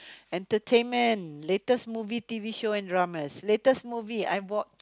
entertainment latest movie t_v show and dramas latest movie I watch